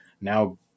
now